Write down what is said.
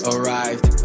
Arrived